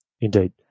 Indeed